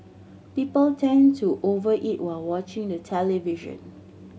people tend to over eat while watching the television